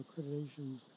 accreditations